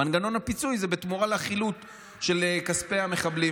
מנגנון הפיצוי הוא בתמורה לחילוט של כספי המחבלים.